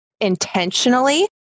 intentionally